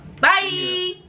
Bye